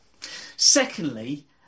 Secondly